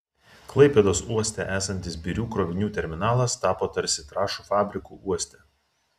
klaipėdos uoste esantis birių krovinių terminalas tapo tarsi trąšų fabriku uoste